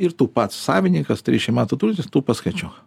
ir tu pats savininkas trisdešim metų turintis tu paskaičiuok